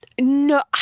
no